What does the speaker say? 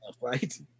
right